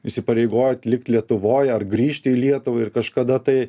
įsipareigojat likt lietuvoj ar grįžti į lietuvą ir kažkada tai